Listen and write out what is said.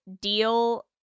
deal